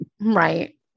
Right